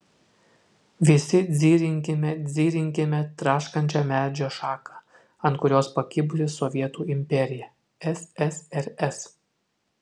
visi dzirinkime dzirinkime traškančią medžio šaką ant kurios pakibusi sovietų imperija ssrs